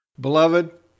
Beloved